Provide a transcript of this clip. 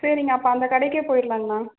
சரிங்க அப்போ அந்த கடைக்கே போயிர்லாங்கணா